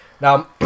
Now